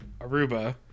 aruba